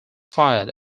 fired